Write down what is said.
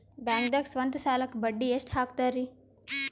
ಬ್ಯಾಂಕ್ದಾಗ ಸ್ವಂತ ಸಾಲಕ್ಕೆ ಬಡ್ಡಿ ಎಷ್ಟ್ ಹಕ್ತಾರಿ?